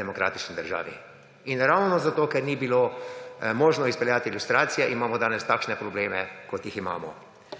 demokratični državi. In ravno zato, ker ni bilo možno izpeljati lustracije, imamo danes takšne probleme, kot jih imamo.